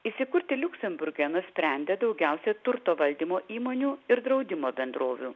įsikurti liuksemburge nusprendė daugiausia turto valdymo įmonių ir draudimo bendrovių